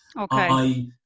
Okay